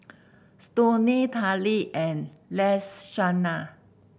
Stoney Tallie and Lashonda